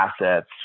assets